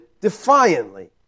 defiantly